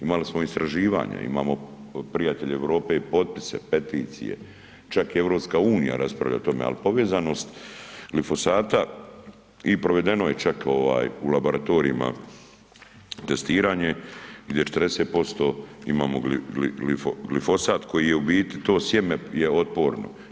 Imali smo istraživanja, imamo prijatelje u Europi i potpise, peticije, čak i EU rasprava o tome ali povezanost glifosata i provedeno je čak u laboratorijima testiranje gdje 40% imamo glifosat koji je u biti to sjeme je otporno.